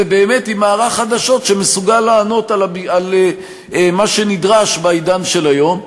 ובאמת עם מערך חדשות שמסוגל לענות על מה שנדרש בעידן של היום.